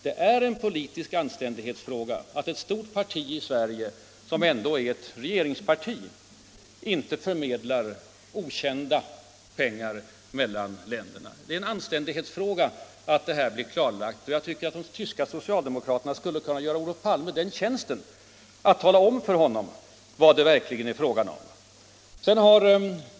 Det är en politisk anständighetsfråga att ett stort parti i Sverige, som dessutom är i rege ringsställning, inte förmedlar okända pengar mellan länderna. Det är en anständighetsfråga att klarlägga vad som skett. Jag tycker att de tyska socialdemokraterna skulle göra Olof Palme den tjänsten att tala om för honom vad det verkligen är fråga om.